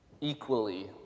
equally